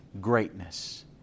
greatness